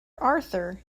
arthur